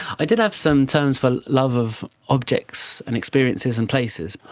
i did have some terms for love of objects and experiences and places.